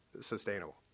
sustainable